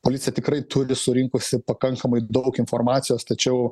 policija tikrai turi surinkusi pakankamai daug informacijos tačiau